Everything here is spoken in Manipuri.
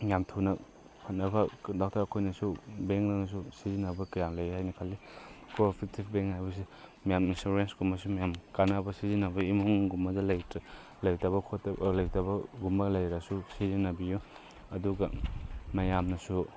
ꯌꯥꯝ ꯊꯨꯅ ꯐꯅꯕ ꯗꯥꯛꯇꯔ ꯈꯣꯏꯅꯁꯨ ꯕꯦꯡꯛꯅꯁꯨ ꯁꯤꯖꯤꯟꯅꯕ ꯀꯌꯥ ꯂꯩ ꯍꯥꯏꯅ ꯈꯜꯂꯤ ꯀꯣ ꯑꯣꯄꯔꯦꯇꯤꯕ ꯕꯦꯡꯛ ꯍꯥꯏꯕꯁꯦ ꯃꯌꯥꯝ ꯏꯟꯁꯨꯔꯦꯟꯁ ꯀꯨꯝꯕꯁꯨ ꯃꯌꯥꯝ ꯀꯥꯟꯅꯕ ꯁꯤꯖꯤꯟꯅꯕ ꯏꯃꯨꯡꯒꯨꯝꯕꯗ ꯂꯩꯇꯕ ꯈꯣꯠꯇꯕ ꯂꯩꯇꯕꯒꯨꯝꯕ ꯂꯩꯔꯁꯨ ꯁꯤꯖꯤꯟꯅꯕꯤꯎ ꯑꯗꯨꯒ ꯃꯌꯥꯝꯅꯁꯨ